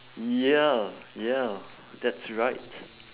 ya ya that's right